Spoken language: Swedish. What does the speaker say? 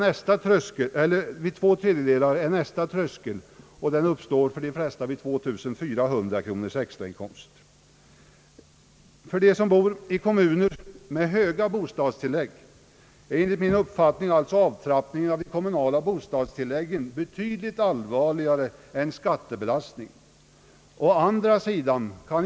Nästa tröskel går vid två tredjedelar och inträffar för det mesta vid en extrainkomst på 2400 kronor. För dem som bor i kommuner med högt bostadstillägg är enligt min uppfattning avtrappningen av det kommunala bostadstillägget betydligt allvarligare än skattebelastningen.